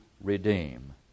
redeem